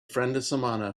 friendesemana